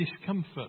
discomfort